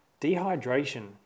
Dehydration